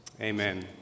amen